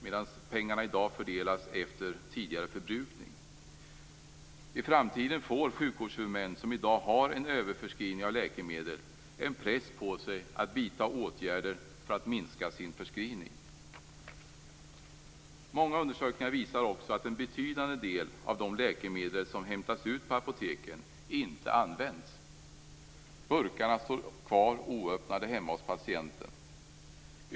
I dag fördelas pengarna efter tidigare förbrukning. I framtiden får sjukvårdshuvudmän som i dag har en överförskrivning av läkemedel en press på sig att vidta åtgärder för att minska sin förskrivning. Många undersökningar visar också att en betydande del av de läkemedel som hämtas ut på apoteken inte används. Burkarna står kvar oöppnade hemma hos patienten.